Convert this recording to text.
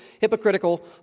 hypocritical